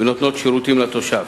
ונותנות שירותים לתושב.